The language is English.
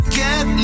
get